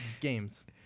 games